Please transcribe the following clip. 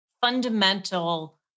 fundamental